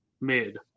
mid